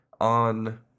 on